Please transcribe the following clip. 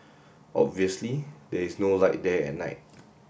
obviously there is no light there at night